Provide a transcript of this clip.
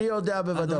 אני יודע בוודאות.